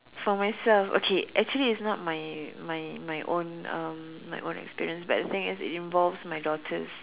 for myself okay actually it's not my my my own um my own experience but the thing is it involves my daughter's